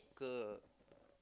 local